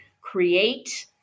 create